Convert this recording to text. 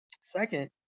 Second